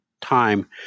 time